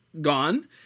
gone